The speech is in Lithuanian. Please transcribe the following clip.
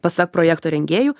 pasak projekto rengėjų